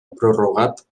prorrogat